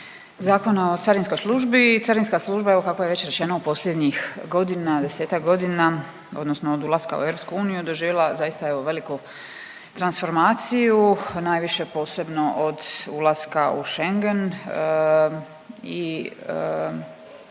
Zakona o carinskoj službi i carinska služba, evo kako je već rečeno u posljednjih godina, desetak godina odnosno od ulaska u EU doživjela zaista veliku transformaciju, najviše posebno od ulaska u Schengen i